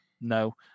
No